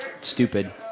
stupid